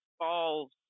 falls